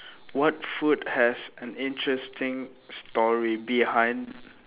what food has an interesting story behind